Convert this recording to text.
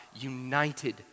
united